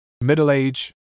middle-age